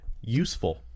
Useful